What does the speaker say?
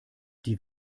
die